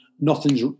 nothing's